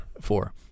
Four